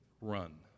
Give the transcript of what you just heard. run